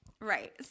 Right